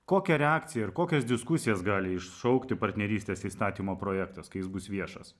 kokią reakciją ir kokias diskusijas gali iššaukti partnerystės įstatymo projektas kai jis bus viešas